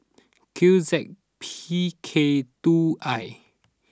Q Z P K two I